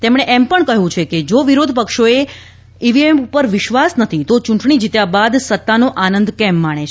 તેમણે એમ પણ કહ્યું છે કે જો વિરોધપક્ષોને ઇવીએમ પર વિશ્વાસ નથી તો ચૂંટણી જીત્યા બાદ સત્તાનો આનંદ કેમ માણે છે